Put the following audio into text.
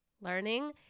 learning